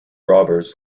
robbers